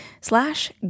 slash